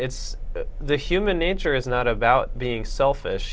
it's the human nature is not about being selfish